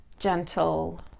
gentle